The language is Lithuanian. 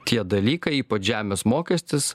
tie dalykai ypač žemės mokestis